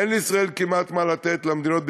אין לישראל כמעט מה לתת למדינות,